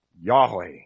Yahweh